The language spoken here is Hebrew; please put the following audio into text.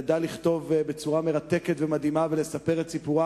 שידע לכתוב בצורה מרתקת ומדהימה ולספר את סיפורה